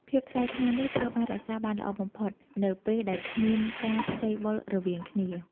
ភាពថ្លៃថ្នូរនេះត្រូវបានរក្សាបានល្អបំផុតនៅពេលដែលគ្មានការខ្ចីបុលរវាងគ្នា។